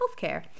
healthcare